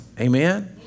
Amen